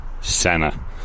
Senna